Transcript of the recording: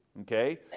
okay